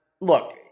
Look